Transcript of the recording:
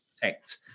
protect